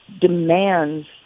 demands